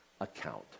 account